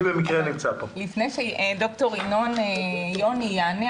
דוקטור יוני ינון.